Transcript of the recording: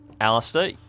Alistair